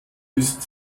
ist